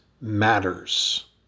matters